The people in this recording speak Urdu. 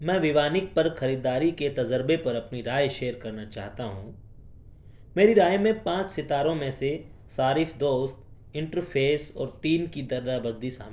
میں ووانک پر خریداری کے تجربے پر اپنی رائے شیئر کرنا چاہتا ہوں میری رائے میں پانچ ستاروں میں سے صارف دوست انٹرفیس اور تین کی دردہ بدّی سامل ہے